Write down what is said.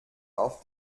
auf